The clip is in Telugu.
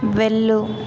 వెళ్ళు